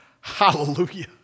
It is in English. hallelujah